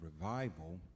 revival